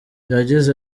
yagize